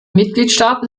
mitgliedstaaten